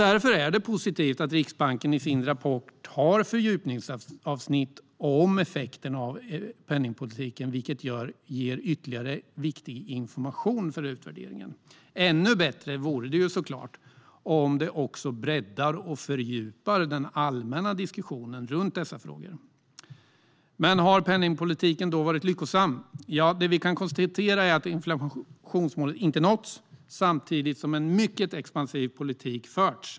Därför är det positivt att Riksbanken i sin rapport har fördjupningsavsnitt om effekten av penningpolitiken, vilket ger ytterligare viktig information för utvärderingen. Ännu bättre vore det såklart om man också breddade och fördjupade den allmänna diskussionen runt dessa frågor. Har då penningpolitiken varit lyckosam? Ja, det vi kan konstatera är att inflationsmålet inte har nåtts, samtidigt som en mycket expansiv politik har förts.